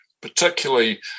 particularly